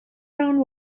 ground